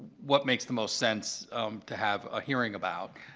what makes the most sense to have a hearing about